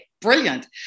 brilliant